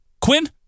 Quinn